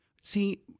see